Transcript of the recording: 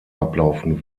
ablaufen